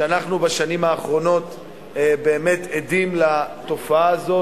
שאנחנו בשנים האחרונות באמת עדים לתופעה הזו